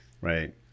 right